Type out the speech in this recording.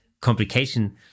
complication